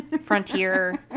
frontier